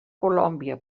colòmbia